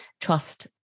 trust